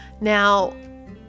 Now